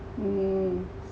mm